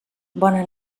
bona